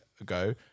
ago